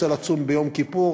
רוצה לצום ביום כיפור,